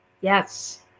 Yes